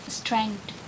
strength